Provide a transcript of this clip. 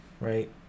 right